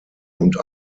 und